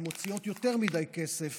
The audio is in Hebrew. והן מוציאות יותר מדי כסף,